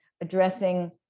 addressing